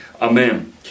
Amen